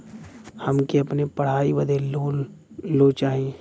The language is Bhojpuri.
हमके अपने पढ़ाई बदे लोन लो चाही?